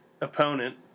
opponent